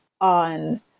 on